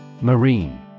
Marine